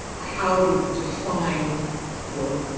how to define or